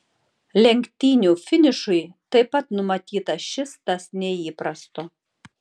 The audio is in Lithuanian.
lenktynių finišui taip pat numatyta šis tas neįprasto